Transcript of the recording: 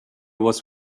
was